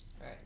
Right